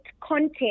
content